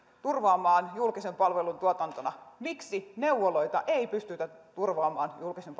turvaamaan julkisen palvelun tuotantona miksi neuvoloita ei pystytä turvaamaan julkisen